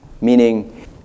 meaning